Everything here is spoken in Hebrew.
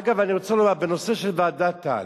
אגב, בנושא של ועדת-טל,